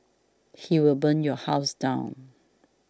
he will burn your house down